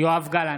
יואב גלנט,